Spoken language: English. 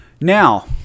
Now